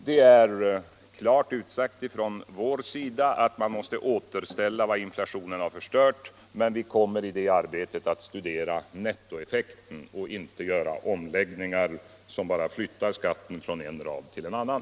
Det är klart utsagt från vår sida att man måste återställa vad inflationen har förstört, men vi kommer i det arbetet att studera nettoeffekten och inte göra omläggningar som bara flyttar skatten från en rad till en annan.